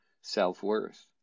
self-worth